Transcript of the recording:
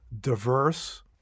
diverse